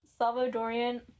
Salvadorian